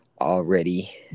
already